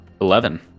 Eleven